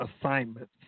assignments